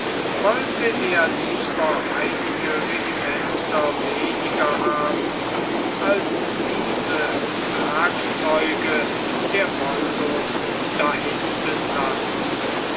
wollte er lieber einige regimenter weniger haben als diese werkzeuge der wollust dahinten lassen